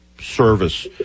service